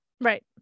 Right